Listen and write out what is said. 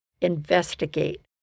Investigate